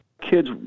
kids